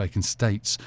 states